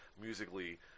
musically